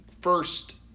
first